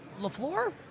Lafleur